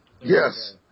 Yes